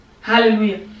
Hallelujah